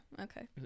Okay